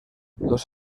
los